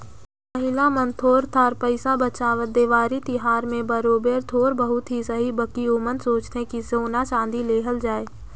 महिला मन थोर थार पइसा बंचावत, देवारी तिहार में बरोबेर थोर बहुत ही सही बकि ओमन सोंचथें कि सोना चाँदी लेहल जाए